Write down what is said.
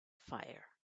fire